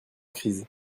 crise